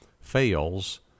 fails